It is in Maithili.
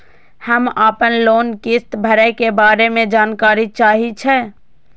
हम आपन लोन किस्त भरै के बारे में जानकारी चाहै छी?